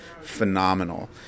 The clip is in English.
phenomenal